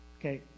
Okay